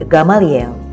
Gamaliel